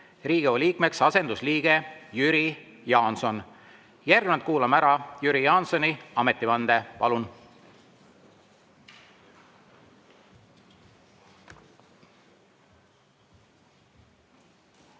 Riigikogu liikmeks asendusliige Jüri Jaanson. Järgnevalt kuulame ära Jüri Jaansoni ametivande. Palun!